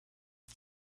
had